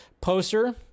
poster